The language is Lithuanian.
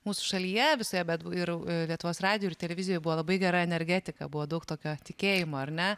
mūsų šalyje visoje bet ir lietuvos radijuj televizijoj buvo labai gera energetika buvo daug tokio tikėjimo ar ne